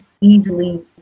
easily